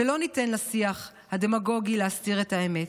ולא ניתן לשיח הדמגוגי להסתיר את האמת.